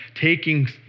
taking